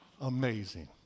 amazing